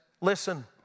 listen